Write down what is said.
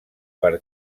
per